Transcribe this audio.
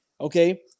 okay